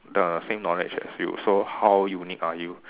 the same knowledge as you so how unique are you